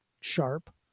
sharp